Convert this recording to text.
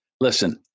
listen